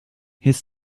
his